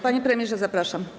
Panie premierze, zapraszam.